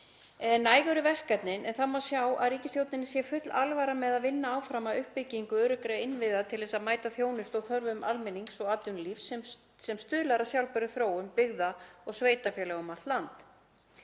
Næg eru verkefnin en það má sjá að ríkisstjórninni sé full alvara með að vinna áfram að uppbyggingu öruggra innviða til að mæta þjónustu og þörfum almennings og atvinnulífs sem stuðlar að sjálfbærri þróun byggða í sveitarfélögum um allt land.